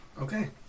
Okay